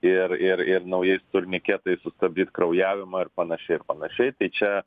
ir ir ir naujais turniketais sustabdyt kraujavimą ir panašiai ir panašiai tai čia